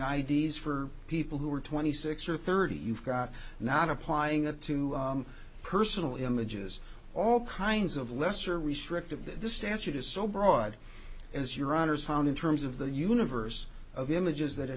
d s for people who are twenty six or thirty you've got not applying that to personal images all kinds of lesser restrictive this statute is so broad as your honour's found in terms of the universe of images that it